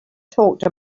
talked